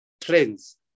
trends